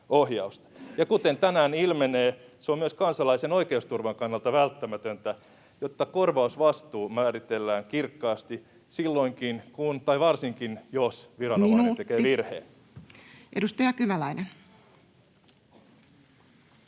kuten tänään ilmenee, se on myös kansalaisen oikeusturvan kannalta välttämätöntä, jotta korvausvastuu määritellään kirkkaasti varsinkin, jos viranomainen tekee [Puhemies: Minuutti!] virheen. Edustaja Kymäläinen.